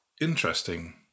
interesting